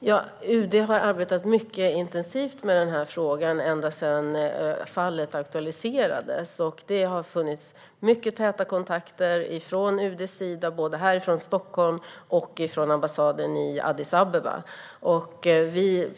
Herr talman! UD har arbetat mycket intensivt med frågan ända sedan fallet aktualiserades. Det har funnits mycket täta kontakter från UD:s sida både härifrån Stockholm och från ambassaden i Addis Abeba.